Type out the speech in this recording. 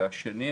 והשני,